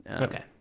Okay